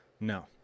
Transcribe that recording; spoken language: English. No